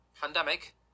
pandemic